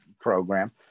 program